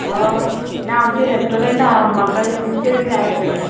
ना आमचें रेस्टोरंट आहा म्हाका नुस्तें बी जाय आसलेलें